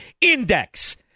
index